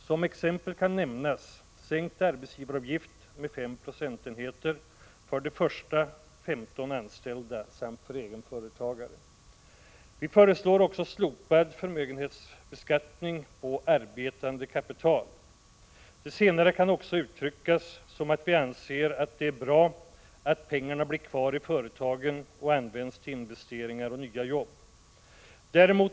Som exempel kan nämnas en sänkning av arbetsgivaravgiften med 5 procentenheter för de första 15 anställda samt för egenföretagare. Vi föreslår vidare att förmögenhetsskatten på arbetande kapital slopas. Det senare kan också uttryckas som att vi anser att det är bra att pengarna blir kvar i företagen och används till investeringar och nya jobb.